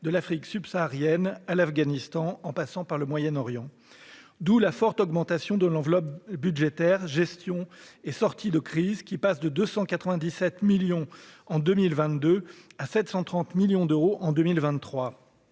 de l'Afrique subsaharienne à l'Afghanistan, en passant par le Moyen-Orient. D'où la forte augmentation de l'enveloppe budgétaire « Gestion et sortie de crise », qui passe de 297 millions en 2022 à 730 millions d'euros en 2023.